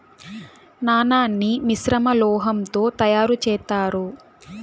నాణాన్ని మిశ్రమ లోహం తో తయారు చేత్తారు